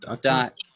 dot